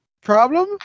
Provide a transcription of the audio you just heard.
problem